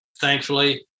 thankfully